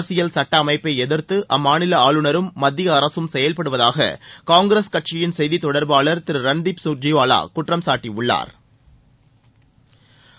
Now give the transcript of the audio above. அரசியல் சுட்ட அமைப்பை எதிர்த்து அம்மாநில ஆளுநரும் மத்திய அரசும் செயல்படுவதாக காங்கிரஸ் கட்சியின் செய்தி தொடர்பாளர் திரு ரன்தீப் கர்ஜிவாவா குற்றம் சாட்டியுள்ளாா்